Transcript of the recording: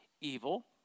evil